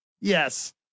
Yes